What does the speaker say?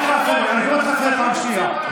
אני מזהיר אותך אחרי הפעם השנייה.